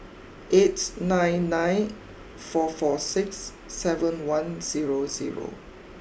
eight nine nine four four six seven one zero zero